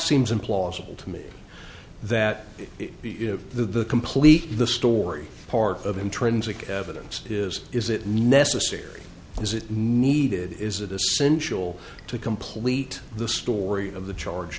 seems implausible to me that the complete the story part of intrinsic evidence is is it necessary is it needed is it essential to complete the story of the charge